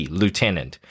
lieutenant